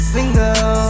Single